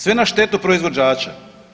Sve na štetu proizvođača.